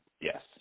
yes